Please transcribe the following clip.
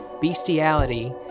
bestiality